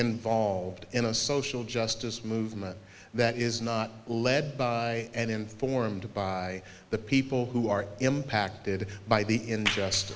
involved in a social justice movement that is not led and informed by the people who are impacted by the in the just